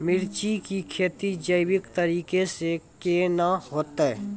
मिर्ची की खेती जैविक तरीका से के ना होते?